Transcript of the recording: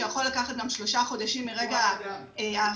שיכול לקחת גם שלושה חודשים מרגע ההבחנה,